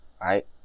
right